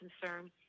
Concern